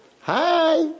Hi